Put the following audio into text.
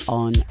on